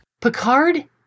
Picard